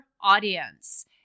audience